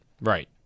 Right